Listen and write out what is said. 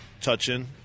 touching